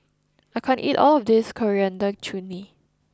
I can't eat all of this Coriander Chutney